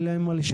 אין לה מה לשלם.